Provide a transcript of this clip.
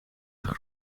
zijn